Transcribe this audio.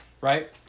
right